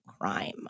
crime